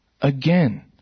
again